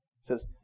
says